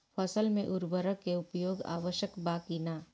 फसल में उर्वरक के उपयोग आवश्यक बा कि न?